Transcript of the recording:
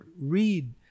read